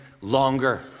longer